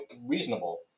reasonable